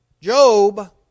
Job